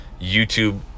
YouTube